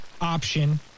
option